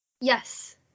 Yes